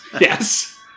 Yes